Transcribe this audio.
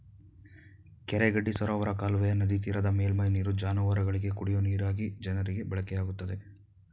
ಕೆರೆ ಗಡ್ಡಿ ಸರೋವರ ಕಾಲುವೆಯ ನದಿತೀರದ ಮೇಲ್ಮೈ ನೀರು ಜಾನುವಾರುಗಳಿಗೆ, ಕುಡಿಯ ನೀರಾಗಿ ಜನರಿಗೆ ಬಳಕೆಯಾಗುತ್ತದೆ